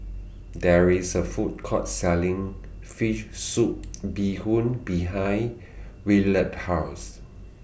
There IS A Food Court Selling Fish Soup Bee Hoon behind Willard's House